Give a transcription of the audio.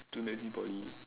too noisy in poly